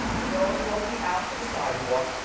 the girls walked me out to the sidewalk.